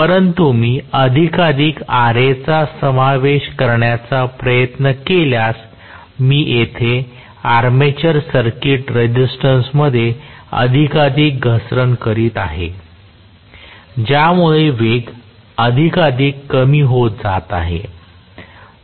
परंतु मी अधिकाधिक Ra चा समावेश करण्याचा प्रयत्न केल्यास मी येथे आर्मेचर सर्किट रेसिस्टन्स मध्ये अधिकाधिक घसरण करीत आहे ज्यामुळे वेग अधिकाधिक कमी होत जात आहे